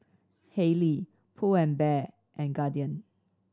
Haylee Pull anf Bear and Guardian